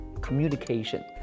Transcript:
communication